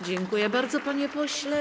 Dziękuję bardzo, panie pośle.